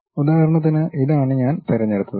ഉദാഹരണത്തിന് ഇതാണ് ഞാൻ തിരഞ്ഞെടുത്തത്